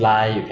mmhmm